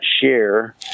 share